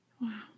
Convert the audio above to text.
Wow